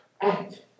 act